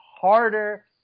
harder